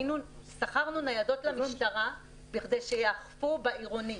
שכרנו ניידות למשטרה כדי שיאכפו בעירוני.